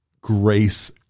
grace